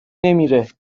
نمیره